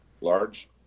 large